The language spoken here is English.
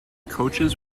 coaches